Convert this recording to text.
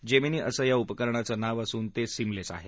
Gemini असं या उपकरणाचं नाव असून ते सिमलेस आहे